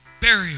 burial